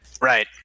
Right